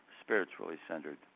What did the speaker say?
spiritually-centered